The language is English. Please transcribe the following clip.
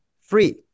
free